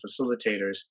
facilitators